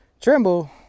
tremble